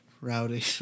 rowdy